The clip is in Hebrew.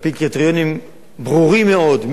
על-פי קריטריונים ברורים מאוד,